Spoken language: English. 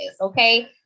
Okay